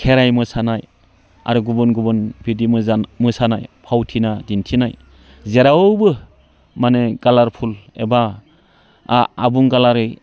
खेराइ मोसानाय आरो गुबुन गुबुन बिदि मोजां मोसानाय फावथिना दिन्थिनाय जेरावबो माने कालारफुल एबा आबुं गाबारि